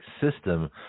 system